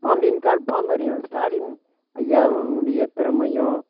பாம்பின் கால் பாம்பு அறியும் ஸ்டாலின் ஐயாவின் உடைய திறமையும்